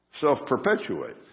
self-perpetuate